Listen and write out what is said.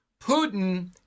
Putin